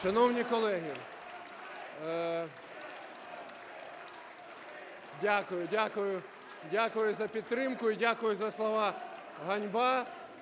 Шановні колеги, дякую! Дякую за підтримку і дякую за слово "ганьба".